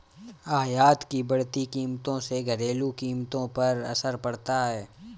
आयात की बढ़ती कीमतों से घरेलू कीमतों पर असर पड़ता है